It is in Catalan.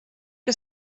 que